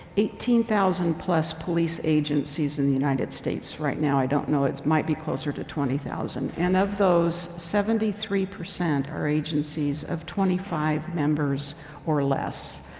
eighteen thousand plus police agencies in the united states. right now, i don't know, it's might be closer to twenty thousand. and of those, seventy three percent are agencies of twenty five members or less.